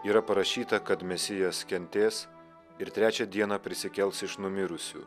yra parašyta kad mesijas kentės ir trečią dieną prisikels iš numirusių